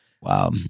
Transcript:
Wow